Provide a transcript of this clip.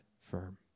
firm